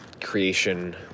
creation